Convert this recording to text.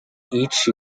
each